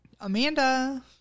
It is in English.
Amanda